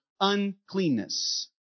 uncleanness